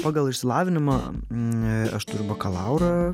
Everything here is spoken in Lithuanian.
pagal išsilavinimą aš turiu bakalaurą